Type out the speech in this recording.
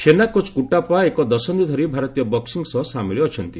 ସେନାକୋଚ୍ କୁଟାପ୍ପା ଏକ ଦଶନ୍ଧି ଧରି ଭାରତୀୟ ବକ୍ସିଂ ସହ ସାମିଲ ଅଛନ୍ତି